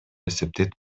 эсептейт